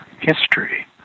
history